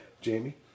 Jamie